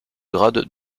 grade